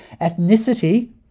Ethnicity